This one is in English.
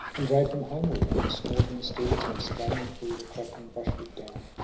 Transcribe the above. and drave them homeward and the snorting steeds went straining through the crackling brushwood down,